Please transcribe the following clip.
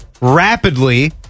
rapidly